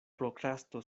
prokrasto